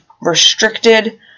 restricted